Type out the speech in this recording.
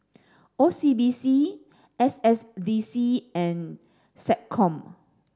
O C B C S S D C and SecCom